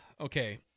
okay